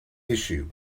issue